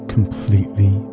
Completely